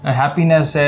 happiness